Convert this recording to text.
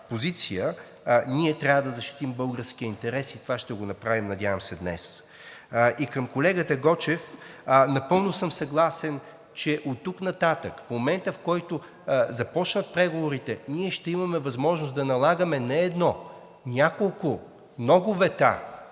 позиция, ние трябва да защитим българския интерес и това ще го направим, надявам се, днес. И към колегата Гочев – напълно съм съгласен, че оттук нататък в момент, в който започнат преговорите, ние ще имаме възможност да налагаме не едно, няколко, много вета